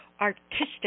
artistic